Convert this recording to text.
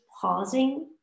pausing